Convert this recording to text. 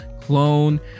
clone